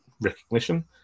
recognition